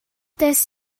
des